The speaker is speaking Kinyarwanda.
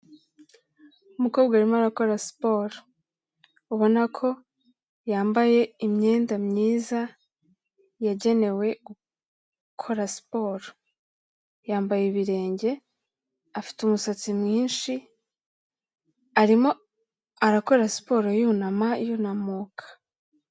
Umukobwa arimo arakora siporo. Ubona ko yambaye imyenda myiza yagenewe gukora siporo. Yambaye ibirenge, afite umusatsi mwinshi, arimo arakora siporo yunama yunamuka.